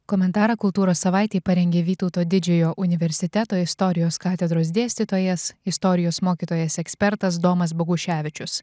komentarą kultūros savaitei parengė vytauto didžiojo universiteto istorijos katedros dėstytojas istorijos mokytojas ekspertas domas boguševičius